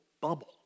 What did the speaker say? bubble